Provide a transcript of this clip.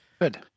Good